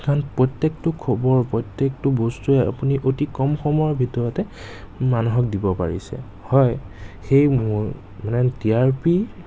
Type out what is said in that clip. কাৰণ প্ৰত্যেকটো খবৰ প্ৰত্যেকটো বস্তুৱে আপুনি অতি কম সময়ৰ ভিতৰতে মানুহক দিব পাৰিছে হয় সেই মানে টি আৰ পি